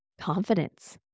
confidence